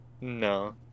no